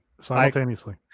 Simultaneously